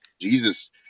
Jesus